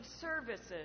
services